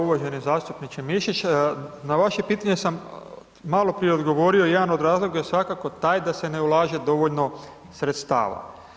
Uvaženi zastupniče Mišić, na vaše pitanje sam maloprije odgovorio, jedan od razloga je svakako taj da se ne ulaže dovoljno sredstava.